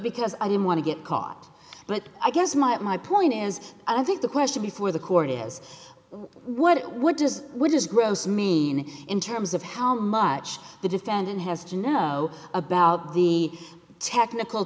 because i didn't want to get caught but i guess my point is i think the question before the court is what it would do is what is gross mean in terms of how much the defendant has to know about the technical